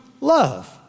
love